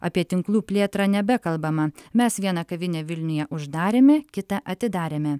apie tinklų plėtrą nebekalbama mes vieną kavinę vilniuje uždarėme kitą atidarėme